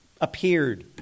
appeared